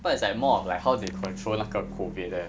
but it's like more of like how they control 那个 COVID leh